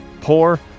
poor